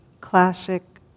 classic